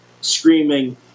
screaming